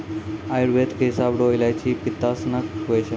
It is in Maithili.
आयुर्वेद के हिसाब रो इलायची पित्तनासक हुवै छै